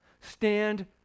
Stand